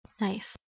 Nice